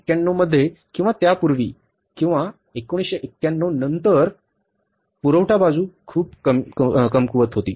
1991 मध्ये किंवा त्यापूर्वी 1991 पर्यंत किंवा त्यापूर्वी पुरवठा बाजू खूप कमकुवत होती